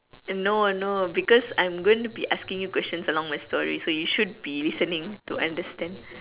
no no because I'm going to be asking you questions along my story so you should be listening to understand